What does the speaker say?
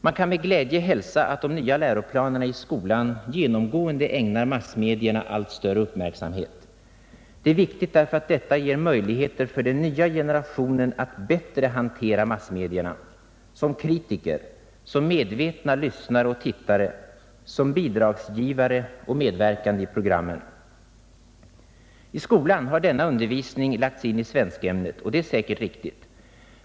Man kan med glädje hälsa att de nya läroplanerna i skolan genomgående ägnar massmedierna allt större uppmärksamhet. Det är viktigt därför att detta ger möjligheter för den nya generationen att bättre hantera massmedierna: som kritiker, som medvetna lyssnare och tittare, som bidragsgivare och medverkande i programmen. I skolan har denna undervisning lagts in i svenskämnet, och det är säkert riktigt.